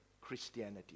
christianity